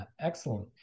excellent